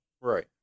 Right